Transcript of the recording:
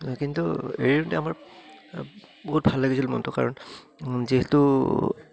কিন্তু হেৰি দিওঁতে আমাৰ বহুত ভাল লাগিছিল মনটো কাৰণ যিহেতু